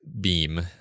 beam